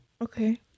Okay